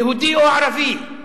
יהודי או ערבי,